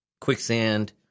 Quicksand